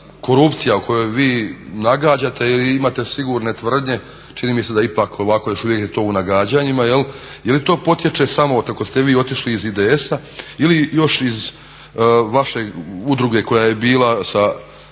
korupcija o kojoj vi nagađate ili imate sigurne tvrdnje, čini mi se da ipak ovako još uvijek je to u nagađanjima. Je li to potječe samo od kako ste vi otišli iz IDS-a ili još iz vaše udruge koja je bila sa